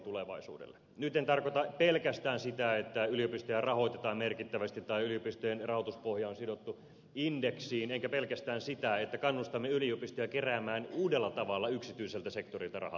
nyt en tarkoita pelkästään sitä että yliopistoja rahoitetaan merkittävästi tai yliopistojen rahoituspohja on sidottu indeksiin enkä pelkästään sitä että kannustamme yliopistoja keräämään uudella tavalla yksityiseltä sektorilta rahaa